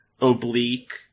oblique